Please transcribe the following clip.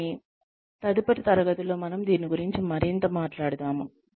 కానీ తదుపరి తరగతిలో మనము దీని గురించి మరింత మాట్లాడతాము